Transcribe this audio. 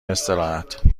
استراحت